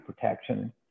protection